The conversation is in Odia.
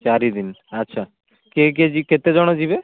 ଚାରିଦିନ ଆଚ୍ଛା କିଏ କିଏ କେତେ ଜଣ ଯିବେ